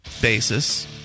basis